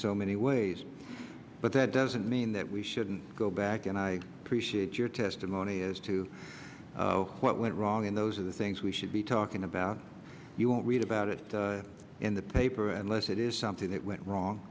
so many ways but that doesn't mean that we shouldn't go back and i appreciate your testimony as to what went wrong and those are the things we should be talking about you won't read about it in the paper unless it is something that went wrong